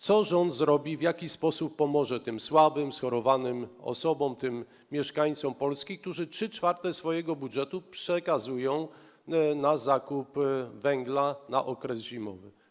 Co rząd zrobi, w jaki sposób pomoże tym słabym, schorowanym osobom, tym mieszkańcom Polski, którzy 3/4 swojego budżetu przekazują na zakup węgla na okres zimowy?